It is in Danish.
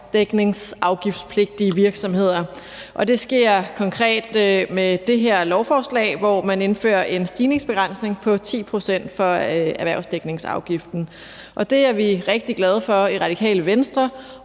erhvervsdækningsafgiftspligtige virksomheder, og det sker konkret med det her lovforslag, hvor man indfører en stigningsbegrænsning på 10 pct. for erhvervsdækningsafgiften. Det er vi rigtig glade for i Radikale Venstre,